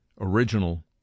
original